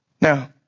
Now